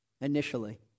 initially